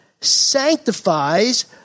sanctifies